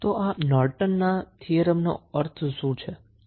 તો આ નોર્ટનના થીયરમનો અર્થ શું છે